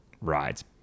rides